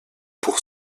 pour